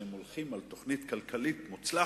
שהם הולכים על תוכנית כלכלית מוצלחת,